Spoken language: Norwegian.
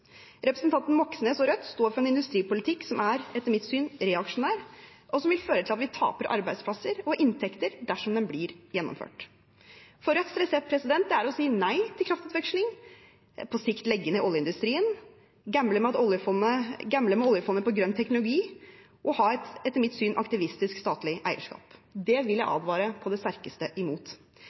Representanten Moxnes og Rødt står for en industripolitikk som etter mitt syn er reaksjonær, og som vil føre til at vi taper arbeidsplasser og inntekter dersom den blir gjennomført. Rødts resept er å si nei til kraftutveksling, på sikt legge ned oljeindustrien, gamble med oljefondet på grønn teknologi og ha et etter mitt syn aktivistisk statlig eierskap. Det vil jeg advare mot på det sterkeste.